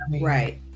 Right